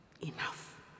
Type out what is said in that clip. Enough